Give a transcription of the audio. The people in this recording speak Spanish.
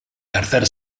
tercer